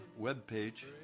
webpage